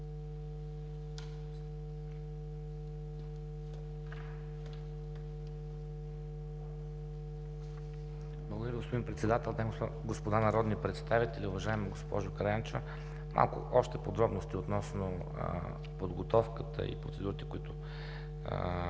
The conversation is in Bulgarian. Дами и господа народни представители, уважаема госпожо Караянчева! Още малко подробности относно подготовката и процедурите, които